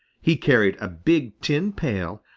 he carried a big tin pail,